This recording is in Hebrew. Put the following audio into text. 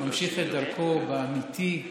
ממשיך את דרכו האמיתית,